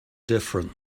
different